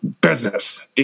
business